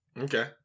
Okay